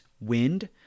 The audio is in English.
wind